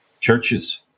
Churches